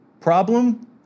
problem